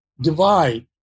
divide